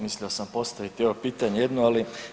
Mislio sam postaviti evo pitanje jedno, ali